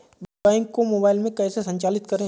Bank को mobile में कैसे संचालित करें?